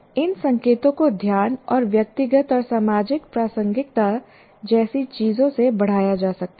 इन संकेतों को ध्यान और व्यक्तिगत और सामाजिक प्रासंगिकता जैसी चीजों से बढ़ाया जा सकता है